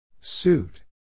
Suit